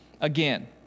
again